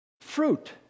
Fruit